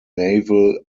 naval